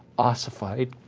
ossified.